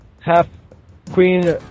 half-queen